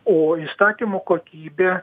o įstatymų kokybė